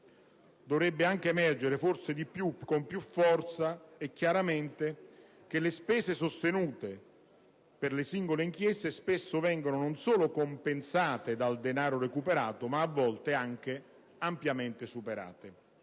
Dovrebbe emergere forse con più forza e più chiaramente che le spese sostenute per le singole inchieste spesso vengono non solo compensate dal denaro recuperato, ma a volte anche ampiamente superate.